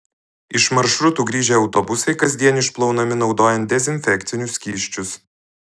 iš maršrutų grįžę autobusai kasdien išplaunami naudojant dezinfekcinius skysčius